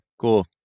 Cool